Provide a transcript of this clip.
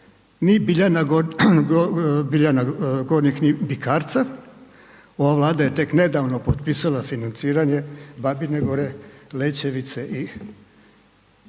ni Biljana Gornjeg ni Bikarca, ova Vlada je tek nedavno potpisala financiranje Babine gore, Lečevice i